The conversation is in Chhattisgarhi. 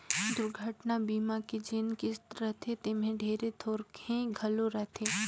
दुरघटना बीमा के जेन किस्त रथे तेम्हे ढेरे थोरहें घलो रहथे